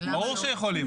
ברור שיכולים.